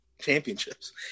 championships